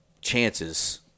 chances